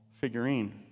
figurine